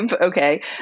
Okay